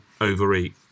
overeat